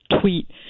tweet